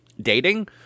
dating